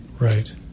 Right